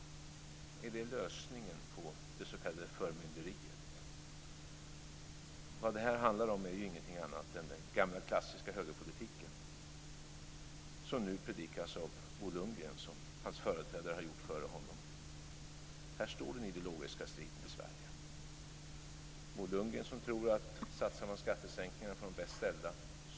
Är det lösningen på det s.k. förmynderiet? Vad det här handlar om är ju ingenting annat än den gamla klassiska högerpolitiken, som nu predikas av Bo Lundgren och som hans företrädare har predikat före honom. Här står den ideologiska striden i Det är Bo Lundgren som tror att landet går i gång om man satsar på skattesänkningar för de bäst ställda.